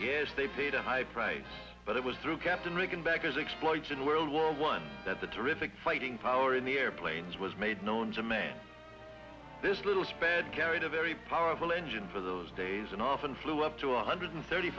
yes they paid a high price but it was through captain reagan backers explodes in world war one that the terrific fighting power in the airplanes was made known to man this little sped carried a very powerful engine for those days and often flew up to one hundred thirty